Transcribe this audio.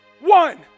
One